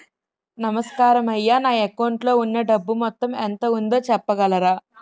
నమస్కారం అయ్యా నా అకౌంట్ లో ఉన్నా డబ్బు మొత్తం ఎంత ఉందో చెప్పగలరా?